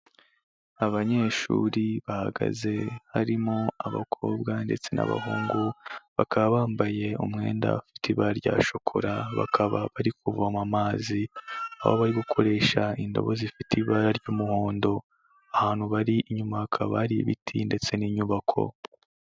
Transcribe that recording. Abanyeshuri bahagaze, harimo abakobwa ndetse n'abahungu, bakaba bambaye umwenda bafite ibara rya shokora, bakaba bari kuvoma amazi aho bari gukoresha indobo zifite ibara ry'umuhondo. Ahantu bari inyuma hakaba ari ibiti ndetse n'inyubako.